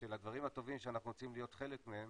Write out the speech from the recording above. של הדברים הטובים שאנחנו רוצים להיות חלק מהם,